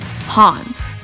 Hans